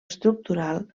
estructural